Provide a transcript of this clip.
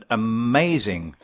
amazing